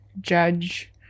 judge